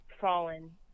fallen